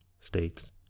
States